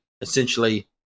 essentially